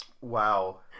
Wow